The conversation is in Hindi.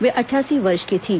वे अठासी वर्ष की थीं